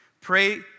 Pray